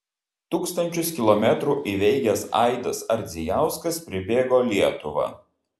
tūkstančius kilometrų įveikęs aidas ardzijauskas pribėgo lietuvą